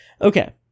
Okay